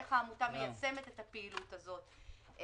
איך העמותה מיישמת את הפעילות הזאת,